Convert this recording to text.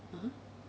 (uh huh)